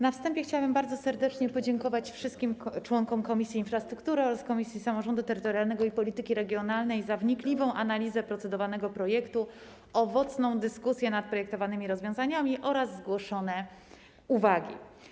Na wstępie chciałabym bardzo serdecznie podziękować wszystkim członkom Komisji Infrastruktury oraz Komisji Samorządu Terytorialnego i Polityki Regionalnej za wnikliwą analizę procedowanego projektu, owocną dyskusję nad projektowanymi rozwiązaniami oraz zgłoszone uwagi.